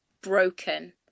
broken